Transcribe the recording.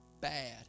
bad